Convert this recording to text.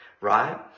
Right